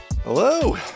Hello